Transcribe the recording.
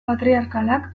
patriarkalak